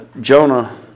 Jonah